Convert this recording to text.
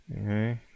Okay